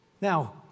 Now